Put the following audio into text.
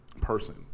person